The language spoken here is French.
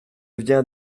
viens